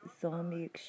zombie